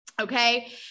okay